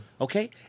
Okay